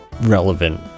relevant